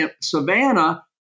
savannah